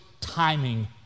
timing